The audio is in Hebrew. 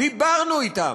דיברנו אתם.